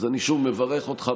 אני שוב מברך אותך,